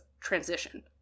transition